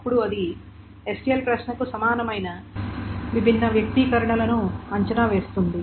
అప్పుడు అది SQL ప్రశ్నకు సమానమైన విభిన్న వ్యక్తీకరణలను అంచనా వేస్తుంది